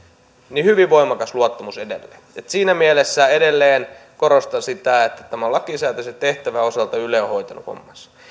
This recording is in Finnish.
niin hyvin voimakas luottamus edelleen siinä mielessä edelleen korostan sitä että lakisääteisen tehtävän osalta yle on hoitanut hommansa